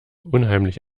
unheimlich